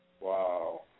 Wow